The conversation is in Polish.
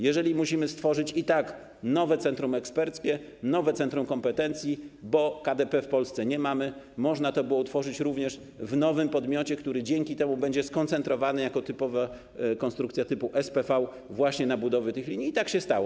Jeżeli musimy stworzyć nowe centrum eksperckie, nowe centrum kompetencji - bo KDP w Polsce nie mamy - to można to było utworzyć również w nowym podmiocie, który dzięki temu będzie skoncentrowany, jako typowa konstrukcja typu SPV, właśnie na budowie tych linii, i tak się stało.